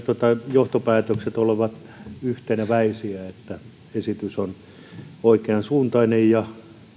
johtopäätökset olivat yhteneväisiä esitys on oikeansuuntainen ja